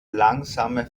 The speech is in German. langsame